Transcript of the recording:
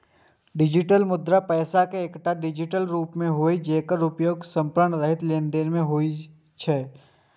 digital मुद्रा पैसा के एकटा डिजिटल रूप होइ छै, जेकर उपयोग संपर्क रहित लेनदेन मे होइ छै